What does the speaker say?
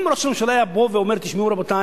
אם ראש הממשלה היה בא ואומר: תשמעו, רבותי,